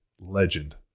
Legend